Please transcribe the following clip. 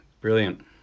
brilliant